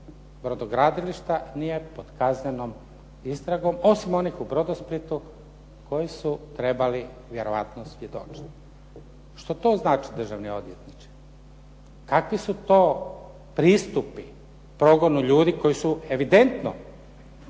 brodogradilišta nije pod kaznenom istragom osim onih u "Brodosplitu" koji su trebali vjerojatno svjedočiti. Što to znači državni odvjetniče? Kakvi su to pristupi progonu ljudi koji su evidentno,